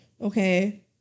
Okay